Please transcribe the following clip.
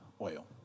oil